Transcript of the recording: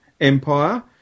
Empire